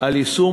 ליישום